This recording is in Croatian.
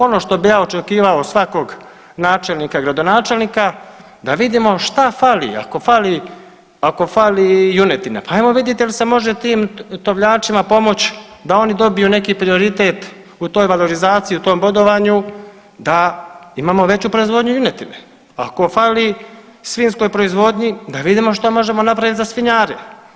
Ono što bi ja očekivao od svakog načelnika, gradonačelnika da vidimo šta fali, ako fali junetine pa ajmo vidjet jel se može tim tovljačima pomoć da oni dobiju neki prioritet u toj valorizaciji u tom bodovanju da imamo veću proizvodnju junetine, ako fali svinjskoj proizvodnji da vidimo šta možemo napraviti za svinjare.